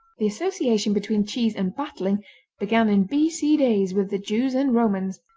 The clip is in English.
the association between cheese and battling began in b c. days with the jews and romans,